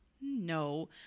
No